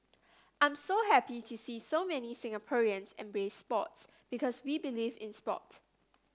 I'm so happy to see so many Singaporeans embrace sports because we believe in sport